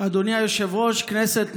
אדוני היושב-ראש, כנסת נכבדה,